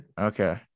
Okay